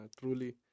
truly